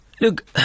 Look